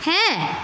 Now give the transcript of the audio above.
হ্যাঁ